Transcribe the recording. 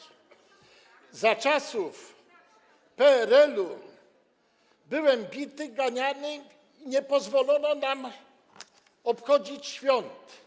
Za czasów PRL-u byłem bity, ganiany, nie pozwolono nam obchodzić świąt.